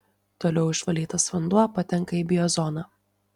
toliau išvalytas vanduo patenka į biozoną